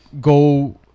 go